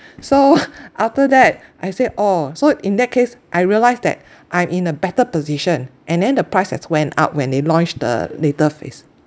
so after that I say oh so in that case I realised that I'm in a better position and then the price has went up when they launched the later phase